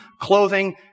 clothing